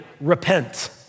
repent